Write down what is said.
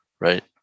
Right